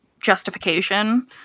justification